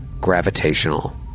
Gravitational